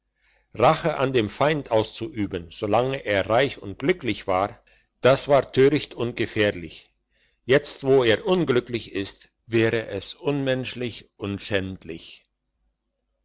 rache an dem feind auszuüben so lange er reich und glücklich war das war töricht und gefährlich jetzt wo er unglücklich ist wäre es unmenschlich und schändlich